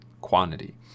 quantity